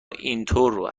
اینطور